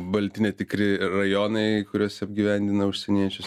balti netikri rajonai kuriuose apgyvendina užsieniečius